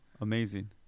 amazing